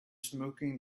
smoking